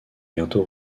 bientôt